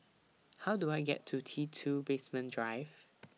How Do I get to T two Basement Drive